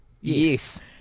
Yes